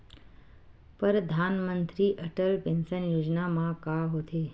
परधानमंतरी अटल पेंशन योजना मा का होथे?